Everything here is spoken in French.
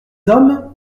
hommes